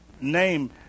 Name